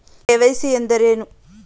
KYC ಎಂದರೇನು?